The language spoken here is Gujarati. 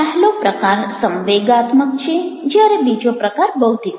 પહેલો પ્રકાર સંવેગાત્મક છે જ્યારે બીજો પ્રકાર બૌદ્ધિક છે